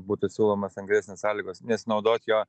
būtų siūlomos lengvesnės sąlygos nesinaudot jo